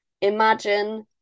imagine